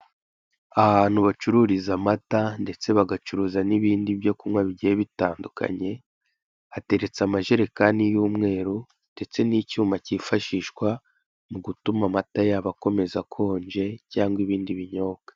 Ahantu bacururiza amata ndetse bagacuruza n'ibindi byo kunywa bigiye bitandukanye hateretse amajerekani y'umweru ndetse n'icyuma kifashishwa mu gutuma amata yabo akomeza akonje cyangwa ibindi binyobwa.